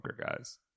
guys